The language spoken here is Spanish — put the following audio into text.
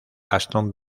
aston